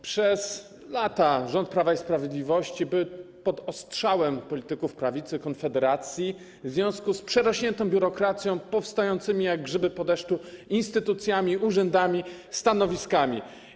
Przez lata rząd Prawa i Sprawiedliwości był pod ostrzałem polityków prawicy, Konfederacji, w związku przerośniętą biurokracją, powstającymi jak grzyby po deszczu instytucjami, urzędami, stanowiskami.